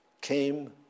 came